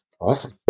Awesome